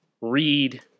read